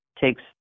takes